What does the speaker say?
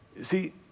see